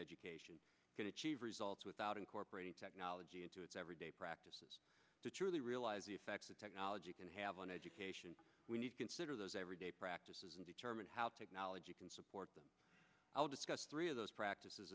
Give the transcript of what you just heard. education can achieve results without incorporating technology into its everyday practices to truly realize the effects of technology can have on education we need to consider those everyday practices and determine how technology can support i'll discuss three of those practices